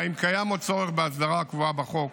אם קיים עוד צורך בהסדרה הקבועה בחוק,